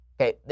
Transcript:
Okay